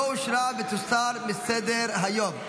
לא אושרה ותוסר מסדר-היום.